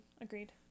agreed